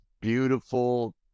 beautiful